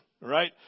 right